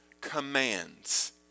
commands